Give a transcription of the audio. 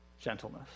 gentleness